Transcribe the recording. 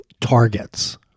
targets